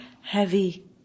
heavy